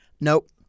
Nope